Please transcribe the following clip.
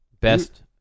Best